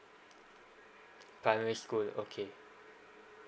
primary school okay